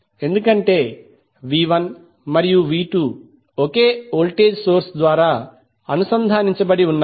ఎందుకంటే మరియు ఒకే వోల్టేజ్ సోర్స్ ద్వారా అనుసంధానించబడి ఉన్నాయి